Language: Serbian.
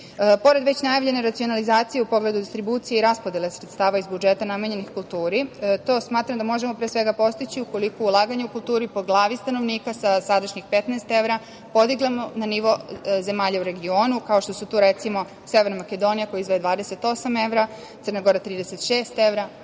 već najavljene racionalizacije u pogledu distribucije i raspodele sredstava iz budžeta namenjenih kulturi, to smatram da možemo pre svega postići ukoliko ulaganje u kulturi po glavi stanovnika sa sadašnjih 15 evra podignemo na nivo zemalja u regionu, kao što su to, recimo, Severna Makedonija, koja izdvaja 28 evra, Crna Gora 36 evra